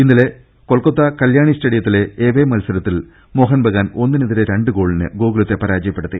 ഇന്നലെ കൊൽക്കത്ത കല്യാണി സ്റ്റേഡിയത്തിലെ എവേ മത്സരത്തിൽ മോഹൻബ ഗാൻ ഒന്നിനെതിരെ രണ്ട് ഗോളിന് ഗോകുലത്തെ പരാജയപ്പെടുത്തി